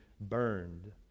burned